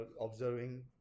observing